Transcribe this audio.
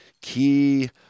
key